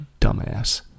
dumbass